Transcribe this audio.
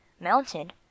mounted